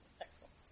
Excellent